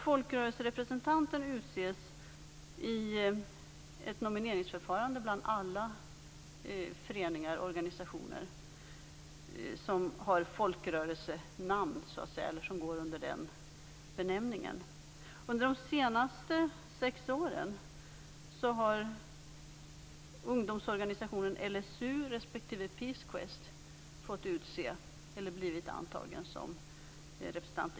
Folkrörelserepresentanten utses i ett nomineringsförfarande bland alla föreningar och organisationer som går under folkrörelsebenämningen. Under de senaste sex åren har ungdomsorganisationen LSU respektive Peace Quest blivit antagen som representant.